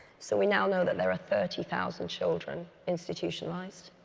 so we now know that there are thirty thousand children institutionalized,